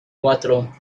cuatro